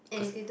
cause